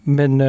men